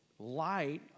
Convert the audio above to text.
Light